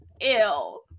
Ew